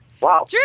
Wow